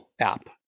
app